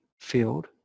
field